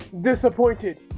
disappointed